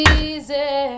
easy